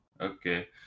okay